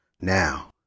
Now